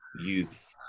youth